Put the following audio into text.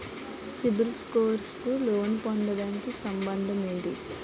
CIBIL score కు loan పొందటానికి సంబంధం ఏంటి?